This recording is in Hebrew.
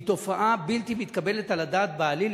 היא תופעה בלתי מתקבלת על הדעת בעליל.